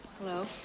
Hello